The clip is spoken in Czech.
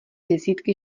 desítky